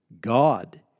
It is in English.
God